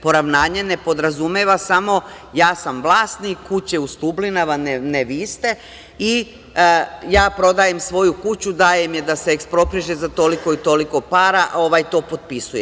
Poravnanje ne podrazumeva samo – ja sam vlasnik kuće u Stublinama, ne vi ste, i ja prodajem svoju kuću, dajem je da se ekspropriše za toliko i toliko para, ovaj to potpisuje.